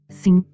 sim